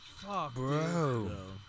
bro